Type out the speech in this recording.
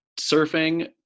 surfing